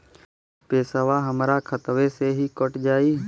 पेसावा हमरा खतवे से ही कट जाई?